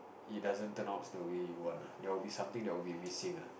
it doesn't turn outs the way you want ah there will be something that will be missing ah